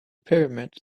pyramids